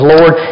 Lord